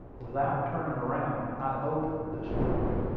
without turning around, i opened this door.